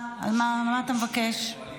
על פי כל,